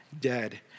dead